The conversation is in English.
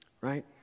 Right